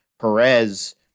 Perez